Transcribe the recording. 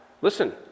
Listen